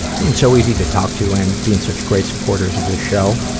being so easy to talk to and being such great supporters of the show.